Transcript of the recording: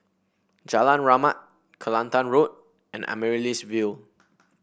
Jalan Rahmat Kelantan Road and Amaryllis Ville